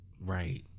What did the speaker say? Right